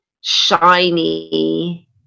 shiny